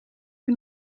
hun